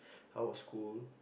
how was school